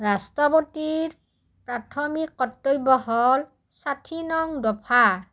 ৰাষ্ট্ৰপতিৰ প্ৰাথমিক কৰ্তব্য হ'ল ষাঠি নং দফা